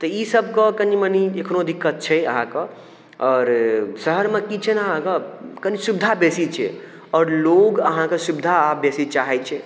तऽ ई सबके कनी मनी एखनो दिक्कत छै अहाँ कऽ आओर शहरमे कि छै ने अहाँके कनी सुविधा बेसी छै आओर लोग अहाँके सुविधा आब बेसी चाहै छै